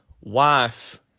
wife